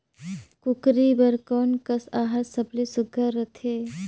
कूकरी बर कोन कस आहार सबले सुघ्घर रथे?